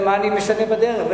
ומה אני משנה בדרך,